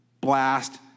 blast